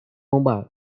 mobile